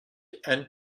and